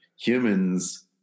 humans